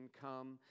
come